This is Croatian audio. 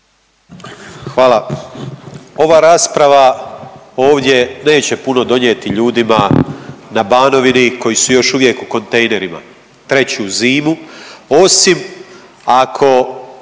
Hvala. Ova rasprava ovdje neće puno donijeti ljudima na Banovini koji su još uvijek u kontejnerima treću zimu osim ako